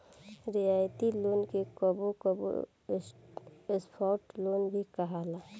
रियायती लोन के कबो कबो सॉफ्ट लोन भी कहाला